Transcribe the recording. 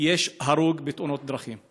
יש הרוג בתאונות דרכים.